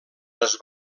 les